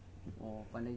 eh